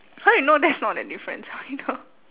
how you know that's not the difference either